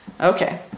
okay